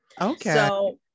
Okay